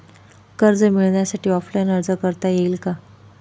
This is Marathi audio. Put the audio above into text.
कर्ज मिळण्यासाठी ऑफलाईन अर्ज करता येईल का?